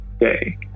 day